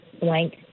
blank